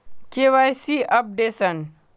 KYC updation?